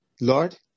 Lord